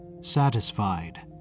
Satisfied